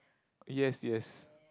yes yes